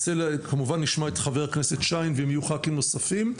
כמובן נשמע את חה"כ שיין ואם יהיו ח"כים נוספים,